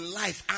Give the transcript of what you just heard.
life